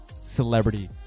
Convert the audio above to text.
celebrity